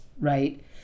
right